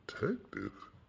detective